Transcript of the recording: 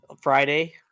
Friday